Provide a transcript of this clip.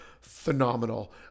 Phenomenal